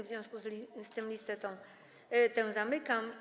W związku z tym listę tę zamykam.